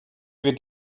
wird